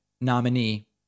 nominee